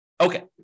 Okay